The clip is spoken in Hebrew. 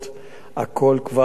הכול כבר עובד.